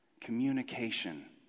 communication